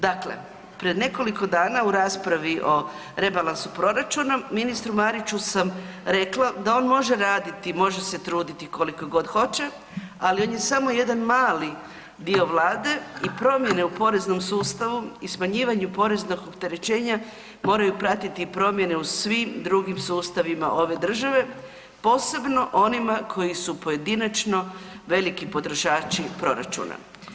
Dakle, pred nekoliko dana u raspravi o rebalansu proračuna ministru Mariću sam rekla da on može raditi, može se truditi koliko god hoće, ali on je samo jedan dio Vlade i promjene u poreznom sustavu i smanjivanju poreznog opterećenja moraju pratiti promjene u svim drugim sustavima ove države, posebno onima koji su pojedinačno veliki potrošači proračuna.